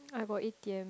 I got A_T_M